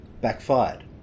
backfired